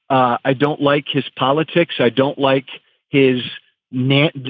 i don't like his politics. i don't like his net.